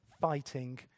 fighting